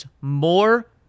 more